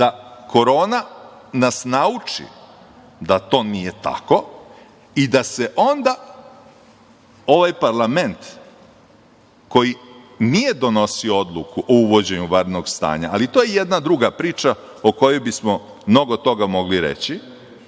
da Korona nas nauči da to nije tako i da se onda ovaj parlament koji nije donosio odluku o uvođenju vanrednog stanja, ali to je jedna druga priča o kojoj bismo mnogo toga mogli reći,